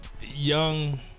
young